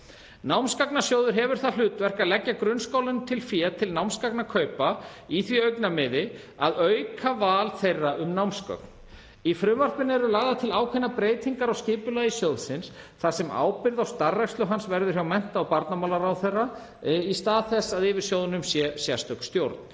Námsgagnasjóður hefur það hlutverk að leggja grunnskólum til fé til námsgagnakaupa í því augnamiði að auka val þeirra um námsgögn. Í frumvarpinu eru lagðar til ákveðnar breytingar á skipulagi sjóðsins þar sem ábyrgð á starfrækslu hans verður hjá mennta- og barnamálaráðherra í stað þess að yfir sjóðnum sé sérstök stjórn.